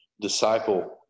disciple